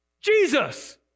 Jesus